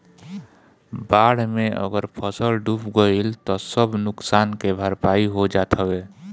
बाढ़ में अगर फसल डूब गइल तअ सब नुकसान के भरपाई हो जात हवे